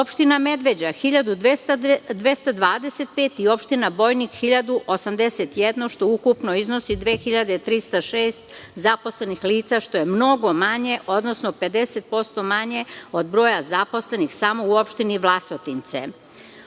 Opština Medveđa 1.225 i Opština Bojnik 1.081, što je ukupno 2.306 zaposlenih lica, što je mnogo manje, odnosno 50% manje od broja zaposlenih samo u Opštini Vlasotince. Ukupne